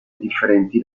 differenti